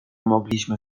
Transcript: mogliśmy